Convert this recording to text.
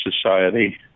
society